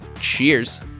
Cheers